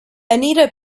anita